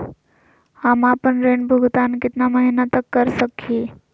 हम आपन ऋण भुगतान कितना महीना तक कर सक ही?